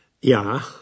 Ja